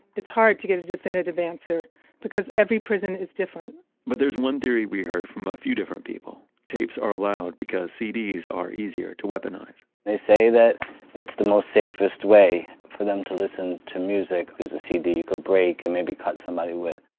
it's hard to get a definitive answer because every prison is different but there is one theory we heard from a few different people. tapes are allowed because cds are easier to weaponize they say that it's the most safest way for them to listen to music because a cd you could break and maybe cut somebody with.